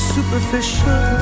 superficial